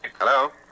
Hello